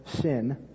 sin